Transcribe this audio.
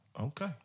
Okay